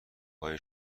های